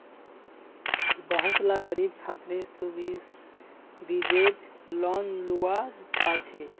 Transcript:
बहुत ला ग़रीब छात्रे सुब्सिदिज़ेद लोन लुआ पाछे